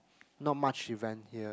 not much event here